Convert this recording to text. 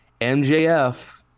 MJF